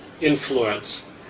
influence